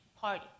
party